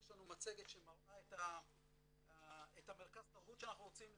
יש לנו מצגת שמראה את מרכז התרבות שאנחנו רוצים להקים.